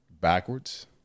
backwards